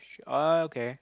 ah okay